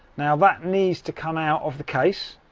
now that needs to come out of the case.